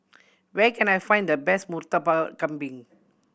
where can I find the best Murtabak Kambing